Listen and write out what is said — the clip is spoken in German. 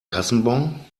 kassenbon